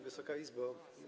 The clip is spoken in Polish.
Wysoka Izbo!